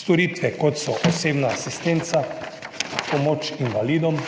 storitve kot so osebna asistenca, pomoč invalidom,